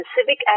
Civic